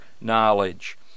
knowledge